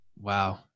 Wow